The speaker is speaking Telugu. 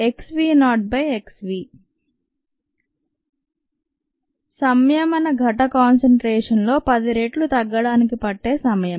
303kdxv0xv సంయమన ఘటం కాన్సంట్రేషన్ లో 10 రెట్లు తగ్గడానికి పట్టే సమయం